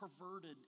perverted